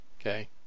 Okay